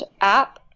app